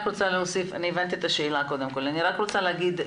הבנתי את השאלה ואני רוצה להגיד,